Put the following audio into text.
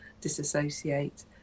disassociate